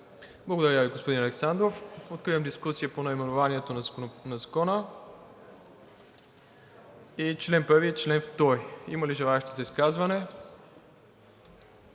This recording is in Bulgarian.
Благодаря Ви, господин Александров. Откривам дискусия по наименованието на Закона, чл. 1 и чл. 2. Има ли желаещи за изказване?